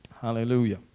Hallelujah